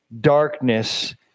darkness